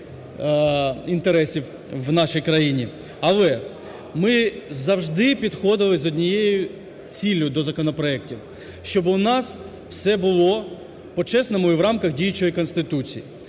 інтересів в нашій країні. Але ми завжди підходили з однією ціллю до законопроектів, щоб у нас все було почесному і в рамках діючої Конституції,